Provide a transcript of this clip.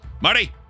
Marty